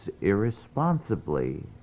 irresponsibly